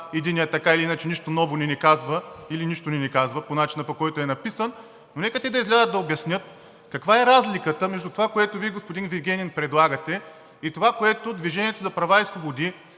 единият, така или иначе нищо ново не ни казва, или нищо не ни казва по начина, по който е написан. Но нека те да излязат да обяснят, каква е разликата между това, което Вие, господин Вигенин, предлагате и това, което „Движение за права и свободи“